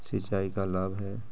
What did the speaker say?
सिंचाई का लाभ है?